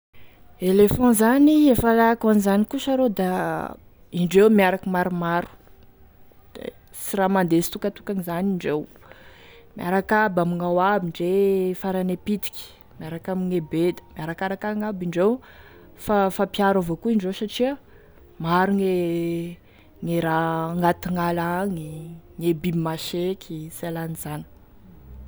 Éléphant zany e fahalalako an'izany koa sha rô da indreo miaraky maromaro da sy raha mandeha sitokatokagny zany indreo miaraky aby amignao aby ndre e farany e pitiky miaraky amigne be da miarakaraky agny aby indreo fa mifampiaro evao koa indreo satria maro gne raha agn'aty ny gn'ala agny, gne biby maseky, sy ialan'izany.